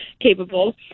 capable